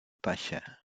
pasha